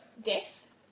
death